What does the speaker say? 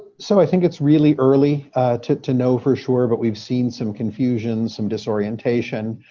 so i think it's really early to to know for sure. but we've seen some confusion, some disorientation.